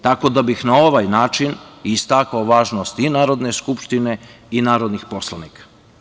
Tako da bih na ovaj način istakao važnost i Narodne skupštine i narodnih poslanika.